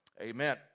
amen